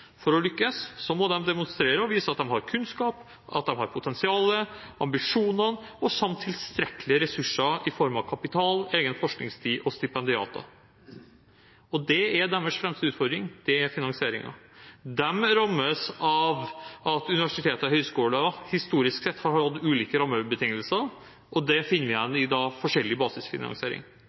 For å lykkes må de demonstrere og vise at de har kunnskap, potensial, ambisjoner samt tilstrekkelig med ressurser i form av kapital, egen forskningstid og stipendiater. Og deres fremste utfordring er finansieringen. De rammes av at universiteter og høgskoler historisk sett har hatt ulike rammebetingelser, og det finner vi igjen i forskjellig basisfinansiering.